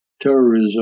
terrorism